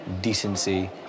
decency